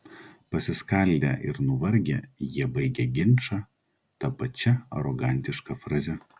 pasiskaldę ir nuvargę jie baigia ginčą ta pačia arogantiška fraze